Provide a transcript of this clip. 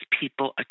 people